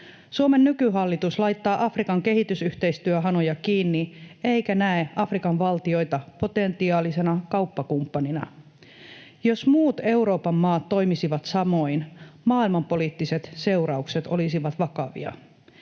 Suomen nykyhallitus laittaa Afrikan kehitysyhteistyöhanoja kiinni eikä näe Afrikan valtioita potentiaalisina kauppakumppaneina. Jos muut Euroopan maat toimisivat samoin, maailmanpoliittiset seuraukset olisivat vakavia.